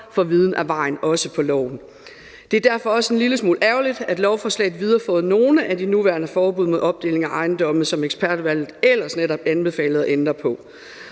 for viden er vejen frem, også for et lovforslag. Det er derfor også en lille smule ærgerligt, at lovforslaget viderefører nogle af de nuværende forbud mod opdeling af ejendomme, som ekspertudvalget ellers netop anbefaler at ændre på.